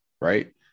right